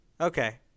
Okay